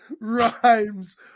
rhymes